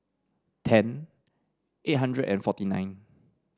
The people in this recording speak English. ten eight hundred and forty nine